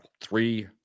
three